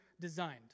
designed